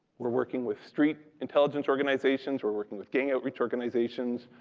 we're working with street intelligence organizations. we're working with gang outreach organizations.